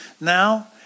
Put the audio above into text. now